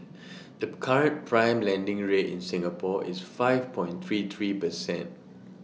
the current prime lending rate in Singapore is five point three three percent